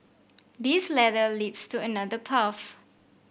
this ladder leads to another path